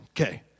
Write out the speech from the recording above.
Okay